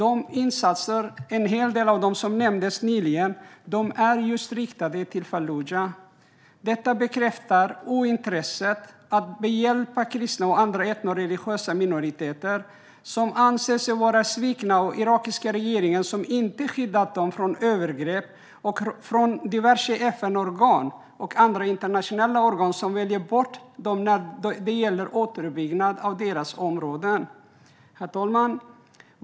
En hel del av de insatser som nämndes nyligen är riktade till just Falluja. Detta bekräftar ointresset av att hjälpa kristna och andra etnoreligiösa minoriteter som anser sig vara svikna av den irakiska regeringen som inte skyddat dem från övergrepp och av FN och andra internationella organ som väljer bort dem när det gäller återuppbyggnad av deras områden. Herr talman!